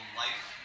life